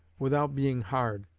without being hard.